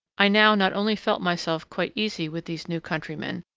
i now not only felt myself quite easy with these new countrymen,